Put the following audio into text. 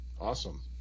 Awesome